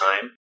time